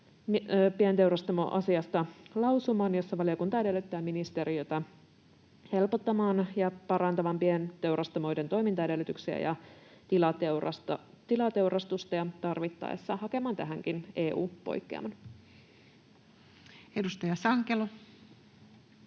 pienteurastamoasiasta lausuman, jossa valiokunta edellyttää ministeriön helpottavan ja parantavan pienteurastamoiden toimintaedellytyksiä ja tilateurastusta ja tarvittaessa hakemaan tähänkin EU-poikkeaman. [Speech